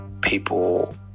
people